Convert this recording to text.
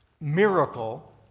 miracle